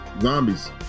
zombies